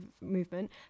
movement